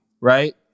right